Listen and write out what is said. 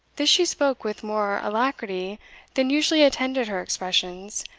this she spoke with more alacrity than usually attended her expressions,